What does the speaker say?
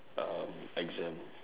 um exam